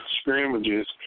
scrimmages